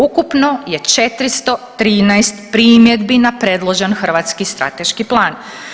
Ukupno je 413 primjedbi na predložen hrvatski strateški plan.